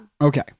Okay